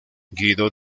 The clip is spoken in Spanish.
guido